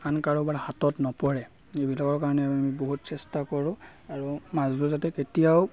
আন কাৰোবাৰ হাতত নপৰে এইবিলাকৰ কাৰণে আমি বহুত চেষ্টা কৰোঁ আৰু মাছবোৰ যাতে কেতিয়াও